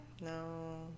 No